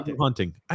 hunting